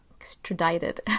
extradited